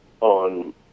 on